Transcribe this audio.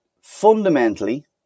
fundamentally